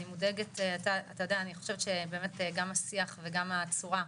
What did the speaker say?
אתה יודע אני חושבת שבאמת גם השיח וגם הצורה,